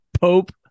Pope